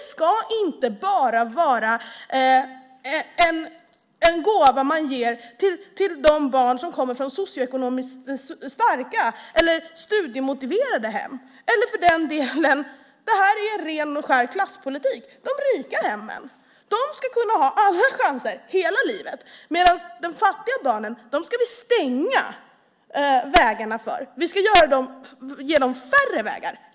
Det ska inte vara bara en gåva till de barn som kommer från socioekonomiskt starka eller studiemotiverade hem eller, för den delen, för det här är ren och skär klasspolitik, rika hem. De barnen ska kunna ha alla chanser hela livet. Men de fattiga barnen ska vi stänga vägarna för. Dem ska vi ge färre vägar.